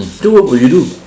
so what will you do